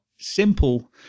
simple